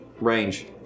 range